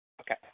Okay